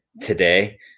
today